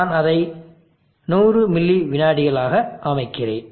நான் அதை 100 மில்லி வினாடிகள் ஆக அமைக்கிறேன்